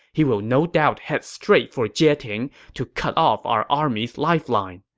he will no doubt head straight for jieting to cut off our army's lifeline.